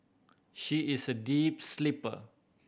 she is a deep sleeper